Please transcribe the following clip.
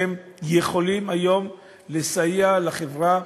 שיכולים היום לסייע לחברה,